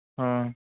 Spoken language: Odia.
ହଁ